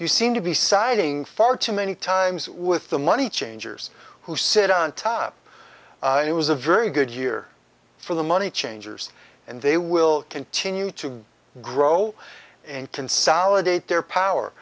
you seem to be siding far too many times with the money changers who sit on top it was a very good year for the money changers and they will continue to grow and consolidate their power